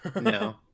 No